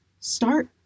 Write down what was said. start